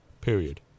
period